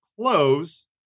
close